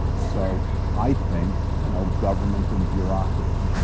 so i think you know government and bureaucracy, and